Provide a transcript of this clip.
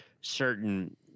certain